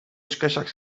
exkaxak